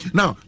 Now